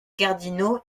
cardinaux